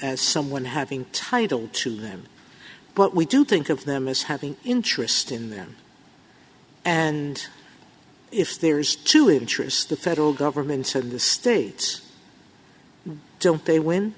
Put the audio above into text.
as someone having title to them but we do think of them as having interest in them and if there is to interest the federal government said the states don't they win